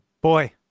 Boy